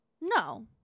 no